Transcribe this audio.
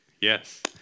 Yes